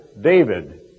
David